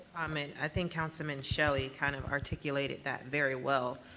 i mean i think councilman shelley kind of articulated that very well.